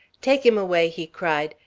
take him away! he cried.